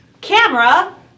camera